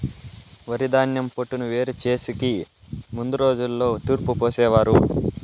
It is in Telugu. వరిధాన్యం పొట్టును వేరు చేసెకి ముందు రోజుల్లో తూర్పు పోసేవారు